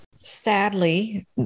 Sadly